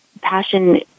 passion